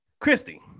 Christy